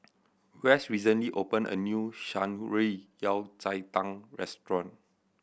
Wes recently opened a new Shan Rui Yao Cai Tang restaurant